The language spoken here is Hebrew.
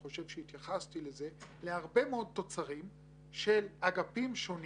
סיכון לאומי, אנחנו נהפוך להיות רלוונטיים